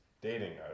dating